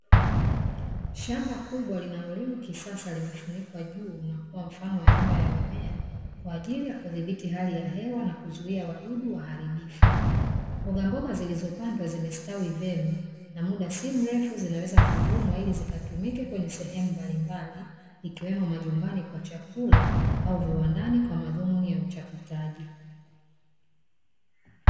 Shamba kubwa linalolimwa kisasa limefunikwa juu na kuwa mfano wa nyumba ya mimea, kwa ajili ya kudhibiti hali ya hewa na kuzuia wadudu waharibifu. Mbogamboga zilizopandwa zimesitawi vyema, na muda si mrefu zinaweza kuvunwa ili zikatumike kwenye sehemu mbalimbali, ikiwemo majumbani kwa chakula, au viwandani kwa madhumuni ya uchakataji.